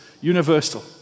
universal